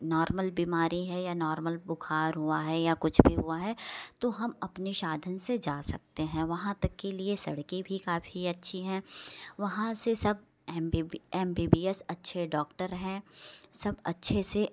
normal बीमारी है या नॉर्मल बुखार हुआ है या कुछ भी हुआ है तो हम अपने साधन से जा सकते हैं वहाँ तक के लिए सड़कें भी काफ़ी अच्छी हैं वहाँ से सब M B B M B B S अच्छे डॉक्टर हैं सब अच्छे से